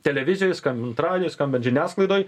televizijoj skambant radijoj skambant žiniasklaidoj